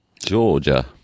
Georgia